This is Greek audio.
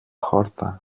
χόρτα